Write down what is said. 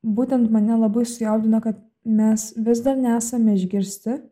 būtent mane labai sujaudino kad mes vis dar nesame išgirsti